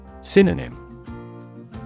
Synonym